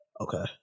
Okay